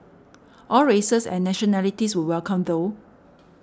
all races and nationalities were welcome though